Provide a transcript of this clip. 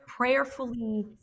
Prayerfully